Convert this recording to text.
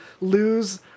lose